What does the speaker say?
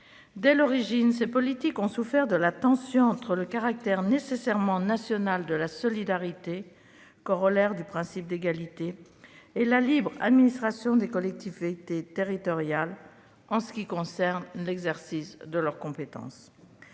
Dès l'origine, ces politiques ont souffert de la tension entre le caractère nécessairement national de la solidarité, corollaire du principe d'égalité, et la libre administration des collectivités territoriales dans l'exercice de leurs compétences.